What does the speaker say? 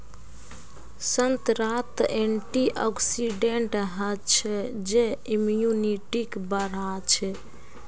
संतरात एंटीऑक्सीडेंट हचछे जे इम्यूनिटीक बढ़ाछे